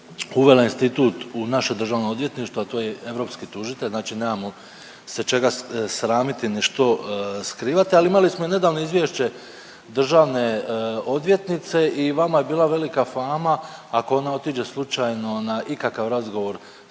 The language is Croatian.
uvela institut u naše Državno odvjetništvo, a to je europski tužitelj, znači nemamo se čega sramiti, ni što skrivati, ali imali smo i nedavno izvješće državne odvjetnice i vama je bila velika fama ako ona otiđe slučajno na ikakav razgovor sa